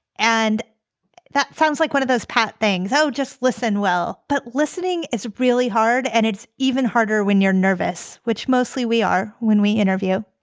and that sounds like one of those things. so just listen well. but listening is really hard and it's even harder when you're nervous, which mostly we are when we interview